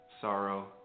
sorrow